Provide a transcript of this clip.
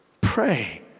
Pray